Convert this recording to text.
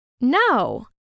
no